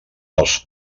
els